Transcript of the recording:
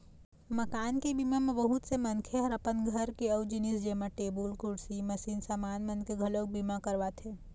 मकान के बीमा म बहुत से मनखे ह अपन घर के अउ जिनिस जेमा टेबुल, कुरसी, मसीनी समान मन के घलोक बीमा करवाथे